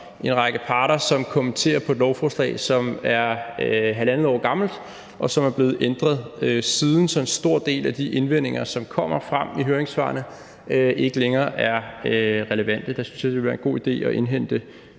en række parter, som kommenterer på et lovforslag, som er halvandet år gammelt, og som er blevet ændret siden, så en stor del af de indvendinger, som kommer frem i høringssvarene, ikke længere er relevante. Der synes jeg, det ville være en god idé at indhente